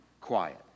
quiet